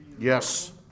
Yes